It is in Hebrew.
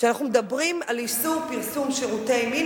כשאנחנו מדברים על איסור פרסום שירותי מין,